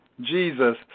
Jesus